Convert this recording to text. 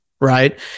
Right